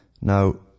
Now